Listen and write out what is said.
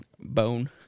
Bone